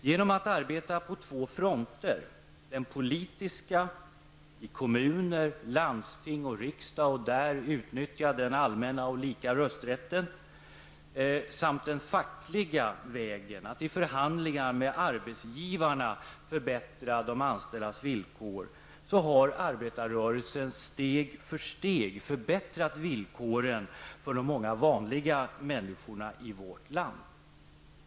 Genom att arbeta på två fronter -- den politiska, i kommuner, landsting och riksdag, där man utnyttjar den allmänna och lika rösträtten, samt den fackliga, där man genom förhandlingar med arbetsgivarna förbättrar de anställdas villkor -- har arbetarrörelsen steg för steg förbättrat villkoren för de många vanliga människorna i vårt land.